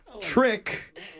Trick